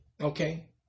Okay